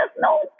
no